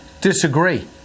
disagree